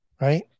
right